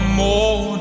more